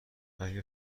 اگه